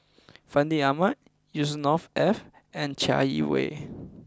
Fandi Ahmad Yusnor Ef and Chai Yee Wei